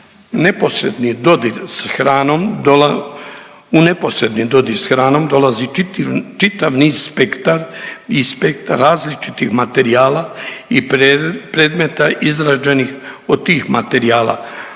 u neposredni dodir sa hranom dolazi čitav niz spektar i spektar različitih materijala i predmeta izrađenih od tih materijala.